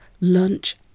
lunch